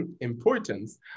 importance